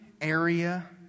area